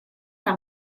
par